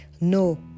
No